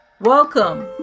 Welcome